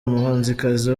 umuhanzikazi